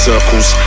Circles